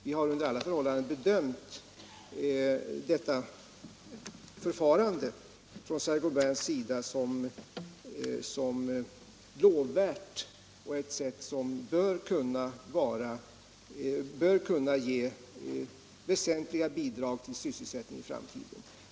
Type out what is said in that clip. Vi har under alla förhållanden bedömt detta förfarande från Saint Gobains sida som lovvärt. Det bör kunna ge väsentliga bidrag till sysselsättningen i framtiden.